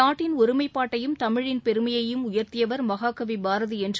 நாட்டின் ஒருமைப்பாட்டையும் தமிழின் பெருமையையும் உயர்த்தியவர் மகாகவி பாரதி என்று